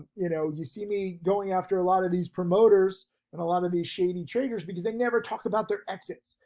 you know, you see me going after a lot of these promoters and a lot of these shady traders, because they never talk about their exits.